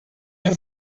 have